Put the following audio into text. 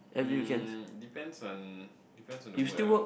um depends on depends on the mood ah